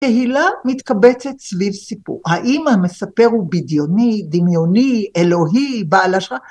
תהילה מתקבצת סביב סיפור. האם המספר הוא בדיוני, דמיוני, אלוהי, בעל, אשרה?